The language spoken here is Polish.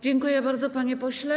Dziękuję bardzo, panie pośle.